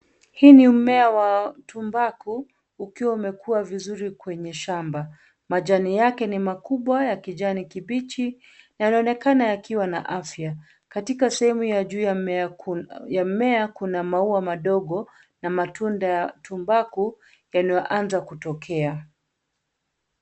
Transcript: Hii ni mmea wa tumbaku ukiwa umekua vizuri kwenye shamba, majani yake ni makubwa ya kijani kibichi na yanaonekana yakiwa na afya. Katika sehemu ya juu ya mmea kuna maua madogo na matunda ya tumbaku yanayo anza kutokea.